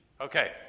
Okay